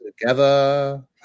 Together